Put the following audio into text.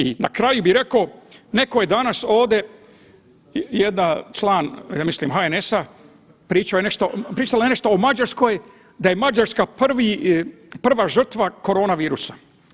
I na kraju bih rekao, neko je danas ovdje jedan član ja mislim HNS-a pričala je nešto o Mađarskoj da je Mađarska prva žrtva korona virusa.